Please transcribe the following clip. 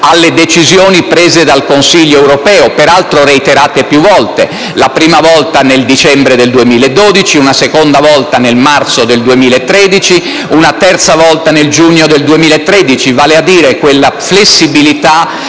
alle decisioni prese dal Consiglio europeo, peraltro reiterate più volte (la prima volta nel dicembre del 2012, una seconda volta nel marzo del 2013, una terza volta nel giugno del 2013), vale a dire quella flessibilità